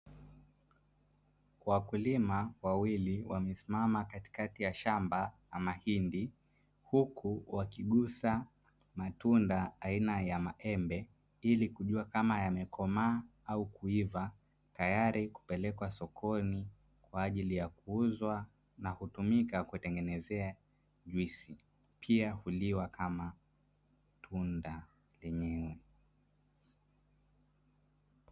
Wakulima wawili wamesimama katikati ya shamba la mahindi, huku wakigusa matunda aina ya maembe ili kujua kama yamekomaa au kuiva, tayari kupelekwa sokoni kwa ajili ya kuuzwa na kutumika kutengenezea juisi pia huliwa kama tunda lenyewe.